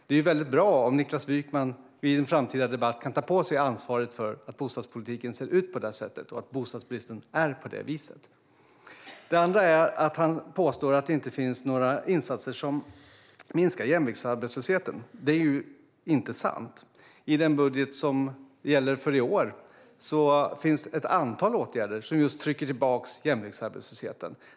Det är bra om Niklas Wykman i en framtida debatt kan ta på sig ansvaret för att bostadspolitiken ser ut på det sättet och att bostadsbristen är på det viset. Niklas Wykman påstår att det inte finns några insatser som minskar jämviktsarbetslösheten. Det är inte sant. I den budget som gäller för i år finns ett antal åtgärder som just trycker tillbaka jämviktsarbetslösheten.